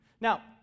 Now